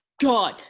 God